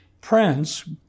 prince